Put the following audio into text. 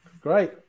Great